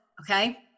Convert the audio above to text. Okay